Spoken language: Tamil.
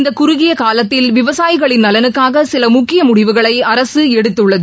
இந்தக் குறுகிய காலத்தில் விவசாயிகளின் நலனுக்காக சில முக்கிய முடிவுகளை அரசு எடுத்துள்ளது